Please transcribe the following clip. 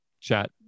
chat